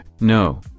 no